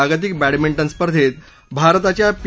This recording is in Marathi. जागतिक बॅडमिंटन स्पर्धेत भारताच्या पी